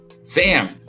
Sam